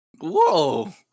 Whoa